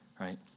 right